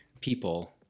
people